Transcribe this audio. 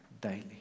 daily